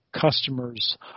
customers